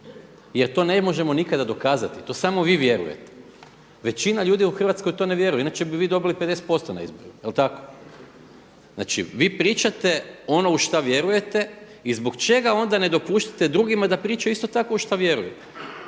jer to ne možemo nikada dokazati, to samo vi vjerujete. Većina ljudi u Hrvatskoj to ne vjeruje inače bi vi dobili 50% na izbore. Jel' tako? Znači vi pričate ono u šta vjerujete i zbog čega onda ne dopuštate drugima da pričaju isto tako u šta vjerujete.